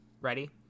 Ready